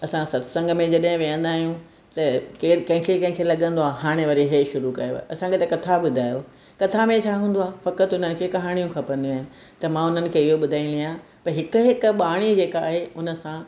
असां सत्संग में जॾहिं वेहंदा आहियूं त केरु कंहिंखे कंहिंखे लॻंदो आहे हाणे वरी इहो शुरू कयव असांखे त कथा ॿुधायो कथा में छा हूंदो आहे फ़क़ति हुन जी कहानियूं खपंदियूं आहिनि त मां हुननि खे उहो ॿुधाईंदी आहियां भई हिकु हिकु बाणी जेका आहे उन सां